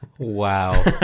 Wow